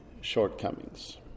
shortcomings